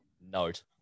note